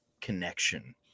connection